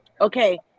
okay